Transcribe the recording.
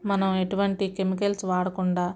మనం ఎటువంటి కెమికల్స్ వాడకుండా